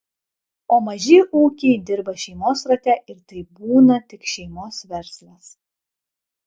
o maži ūkiai dirba šeimos rate ir tai būna tik šeimos verslas